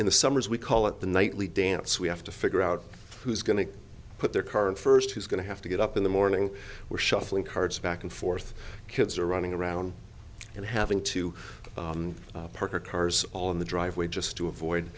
in the summers we call it the nightly dance we have to figure out who's going to put their current first who's going to have to get up in the morning where shuffling cards back and forth kids are running around and having to parker cars on the driveway just to avoid